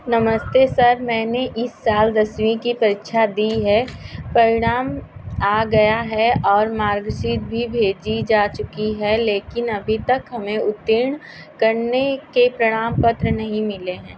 नमस्ते सर मैंने इस साल दसवीं की परीक्षा दी है परिणाम आ गया है और मार्कशीट भी भेजी जा चुकी है लेकिन अभी तक हमें उत्तीर्ण करने के प्रमाण पत्र नहीं मिले हैं